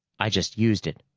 i just used it,